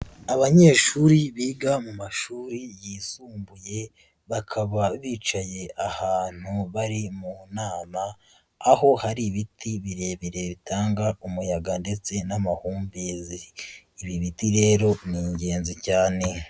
Abanyeshuri biga mu mashuri yisumbuye bakaba bicaye ahantu bari mu nama aho hari ibiti birebire bitanga umuyaga ndetse n'amahumbezi, ibi biti rero ni ingenzi cyane.